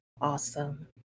Awesome